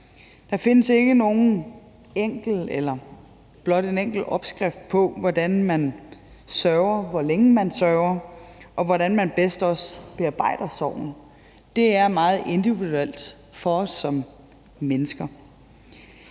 Der findes ikke blot en enkelt opskrift på, hvordan man sørger, hvor længe man sørger, og hvordan man bedst bearbejder sorgen. Det er meget individuelt for os som mennesker.